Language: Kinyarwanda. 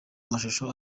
amashusho